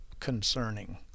Concerning